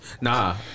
Nah